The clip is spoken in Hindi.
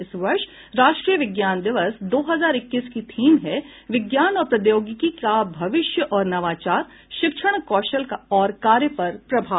इस वर्ष राष्ट्रीय विज्ञान दिवस दो हजार इक्कीस की थीम है विज्ञान और प्रौद्योगिकी का भविष्य और नवाचार शिक्षण कौशल और कार्य पर प्रभाव